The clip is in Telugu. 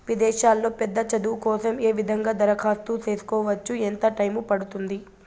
విదేశాల్లో పెద్ద చదువు కోసం ఏ విధంగా దరఖాస్తు సేసుకోవచ్చు? ఎంత టైము పడుతుంది?